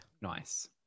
Nice